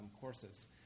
courses